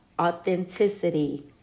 authenticity